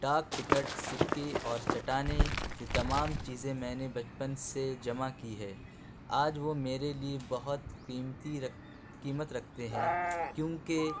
ڈاک ٹکٹ سکّے اور چٹانیں یہ تمام چیزیں میں نے بچپن سے جمع کی ہے آج وہ میرے لیے بہت قیمتی رکھ قیمت رکھتے ہیں کیوں کہ